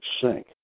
sink